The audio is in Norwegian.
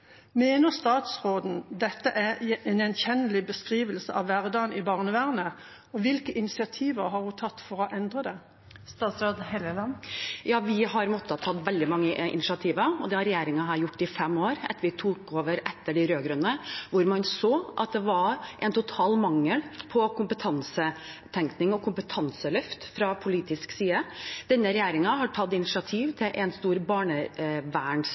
Mener statsråden at dette er en gjenkjennelig beskrivelse av hverdagen i barnevernet? Hvilke initiativer har hun tatt for å endre det? Vi har måttet ta veldig mange initiativ. Det har denne regjeringen gjort i fem år etter at vi tok over etter de rød-grønne, da man så at det var en total mangel på kompetansetenkning og kompetanseløft fra politisk side. Denne regjeringen har tatt initiativ til en stor